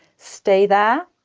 stay there,